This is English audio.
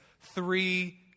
three